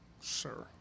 sir